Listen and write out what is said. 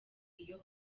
iyo